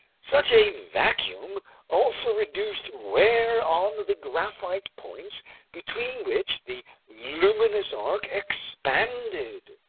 such a vacuum also reduced wear on the graphite points between which the luminous arc expanded.